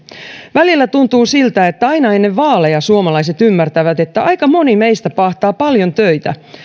välillä tuntuu siltä että aina ennen vaaleja suomalaiset ymmärtävät että aika moni meistä paahtaa paljon töitä